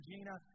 Gina